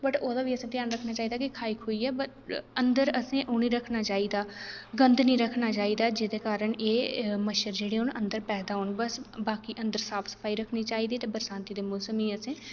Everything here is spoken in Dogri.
वट ओह्दा बी असें ध्यान रक्खना चाहिदा खाइयै ते वट अंदर असें उनेंगी रक्खना चाहिदा गंद निं रक्खना चाहिदा जेह्दे कारण अंदर एह् पैदा होन बस अंदर साफ सफाई रक्खनी चाहिदी ते बरसांती दे मौसम बिच